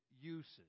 uses